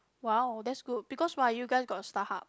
!whoa! that's good because why you guys got Starhub